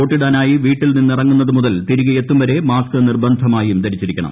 വോട്ടിടാനായി വീട്ടിൽ നിന്നിറങ്ങുന്നതു മുതൽ തിരികെയെത്തും വരെ മാസ്ക് നിർബന്ധമായും ധരിച്ചിരിക്കണം